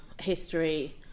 history